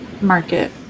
Market